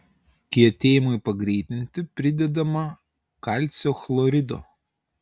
kietėjimui pagreitinti pridedama kalcio chlorido